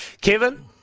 Kevin